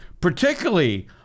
particularly